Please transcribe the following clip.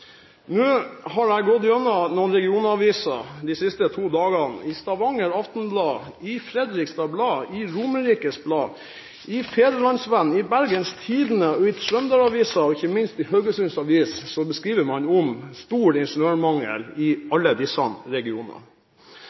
Nå har jeg gått igjennom noen regionaviser de siste to dagene. I Stavanger Aftenblad, Fredriksstad Blad, Romerikes Blad, Fædrelandsvennen, Bergens Tidende, Trønder-Avisa og ikke minst i Haugesunds Avis skriver man om stor ingeniørmangel i disse regionene. På de